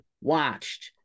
watched